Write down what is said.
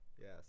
Yes